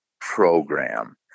program